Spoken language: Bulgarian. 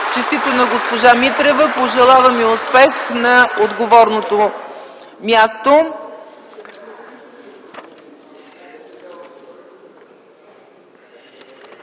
Честито на госпожа Митрева. Пожелавам й успех на отговорното място.